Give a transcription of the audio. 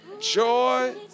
joy